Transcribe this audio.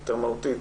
יותר מהותית,